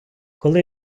коли